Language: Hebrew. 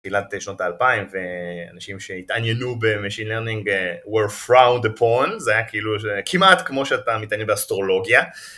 תחילת שנות האלפיים, ואנשים שהתעניינו ב-machine learning were frowned upon, זה היה כמעט כמו שאתה מתעניין באסטרולוגיה.